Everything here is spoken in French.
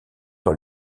dans